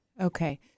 Okay